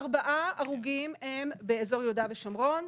ארבעה הרוגים הם באזור יהודה ושומרון,